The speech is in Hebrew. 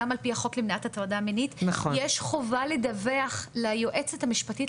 גם על-פי החוק למניעת הטרדה מינית ויש חובה לדווח ליועצת המשפטית